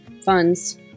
funds